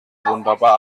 wunderbar